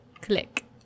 click